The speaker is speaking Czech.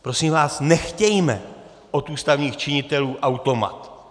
Prosím vás, nechtějme od ústavních činitelů automat.